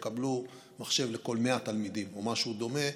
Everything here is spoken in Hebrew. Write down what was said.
יקבלו מחשב לכל 100 תלמידים או משהו דומה,